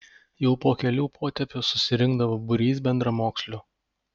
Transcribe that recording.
jau po kelių potėpių susirinkdavo būrys bendramokslių